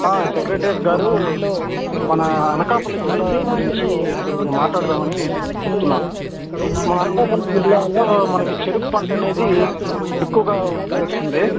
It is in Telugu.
సెక్రట్రీయేట్ గారు మన అనకాపల్లి జిల్లా గురించి కొద్దిగా మాట్లాడదామని చెప్తున్న మన అనకాపల్లి జిల్లాలో మనకు చెరుకు పంట అనేది ఎక్కువగా ఉత్పతి ఇస్తుంది